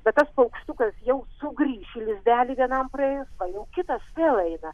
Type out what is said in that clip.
bet tas paukštukas jau sugrįš į lizdelį vienam praėjus va jau kitas vėl eina